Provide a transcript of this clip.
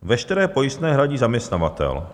Veškeré pojistné hradí zaměstnavatel.